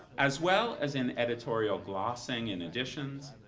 as well as in editorial glossing in editions,